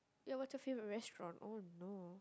ya what's your favourite restaurant oh no